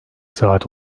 saat